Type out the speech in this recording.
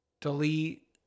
delete